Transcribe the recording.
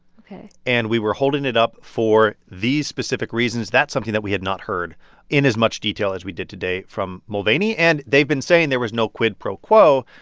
ok. and we were holding it up for these specific reasons that's something that we had not heard in as much detail as we did today from mulvaney. and they've been saying, there was no quid pro quo.